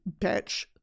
bitch